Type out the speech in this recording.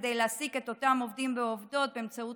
כדי להעסיק את אותם עובדים ועובדות באמצעות